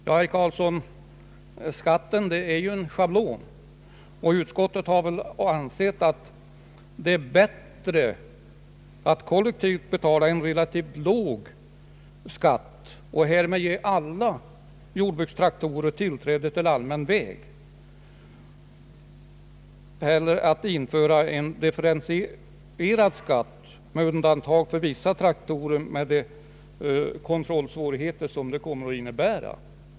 Herr talman! Ja, herr Eric Carlsson, traktorbeskattningen sker ju schablonmässigt, och utskottet har ansett att det är bättre att kollektivt betala en relativt låg skatt och därmed ge alla jordbrukstraktorer tillträde till allmän väg än att ha en differentierad skatt, som medger undantag för vissa traktorer, med de kontrollsvårigheter som detta skulle innebära.